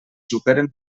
superen